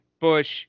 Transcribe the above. Bush